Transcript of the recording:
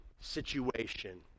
situation